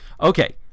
Okay